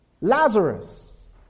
Lazarus